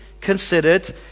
considered